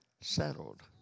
settled